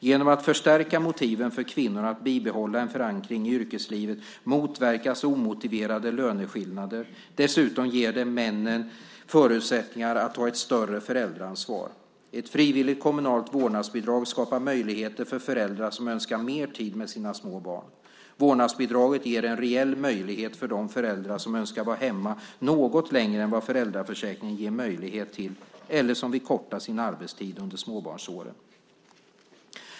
Genom att förstärka motiven för kvinnor att bibehålla en förankring i yrkeslivet motverkas omotiverade löneskillnader, dessutom ger det männen förutsättningar att ta ett större föräldraansvar. Ett frivilligt kommunalt vårdnadsbidrag skapar möjligheter för föräldrar som önskar mer tid med sina små barn. Vårdnadsbidraget ger en reell valmöjlighet för de föräldrar som önskar vara hemma något längre än vad föräldraförsäkringen ger möjlighet till eller som vill korta sin arbetstid under småbarnsåren.